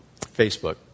Facebook